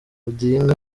odinga